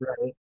Right